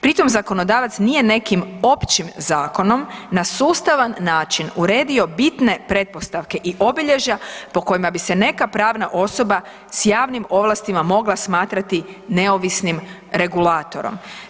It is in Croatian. Pri tom zakonodavac nije nekim općim zakonom na sustavan način uredio bitne pretpostavke i obilježja po kojima bi se neka pravna osoba s javnim ovlastima mogla smatrati neovisnim regulatorom.